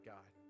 God